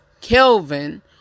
Kelvin